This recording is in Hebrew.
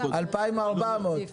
2,400?